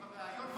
בריאיון,